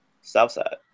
Southside